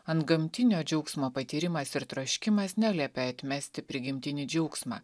antgamtinio džiaugsmo patyrimas ir troškimas neliepia atmesti prigimtinį džiaugsmą